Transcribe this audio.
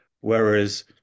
Whereas